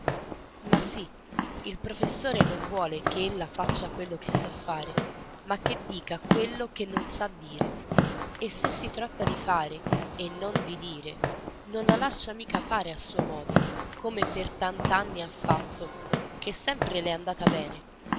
ma sì il professore non vuole che ella faccia quello che sa fare ma che dica quello che non sa dire e se si tratta di fare e non di dire non la lascia mica fare a suo modo come per tant'anni ha fatto che sempre le è andata bene